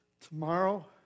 tomorrow